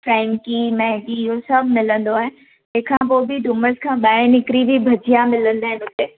Frankie Maggi इहो सभु मिलंदो आहे तंहिंखां पोइ बि डुमस खां ॿाहिरि निकरी बि भजिया मिलंदा आहे हुते